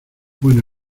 buena